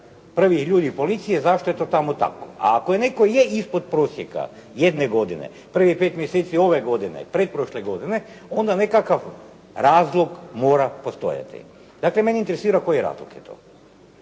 prvih ljudi policije, zašto je tome tako. A ako netko je ispod prosjeka jedne godine, prvih pet mjeseci ove godine, pretprošle godine, onda nekakav razlog mora postojati. Dakle, mene interesira koji je razlog toga?